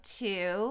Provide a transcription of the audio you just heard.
two